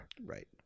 Right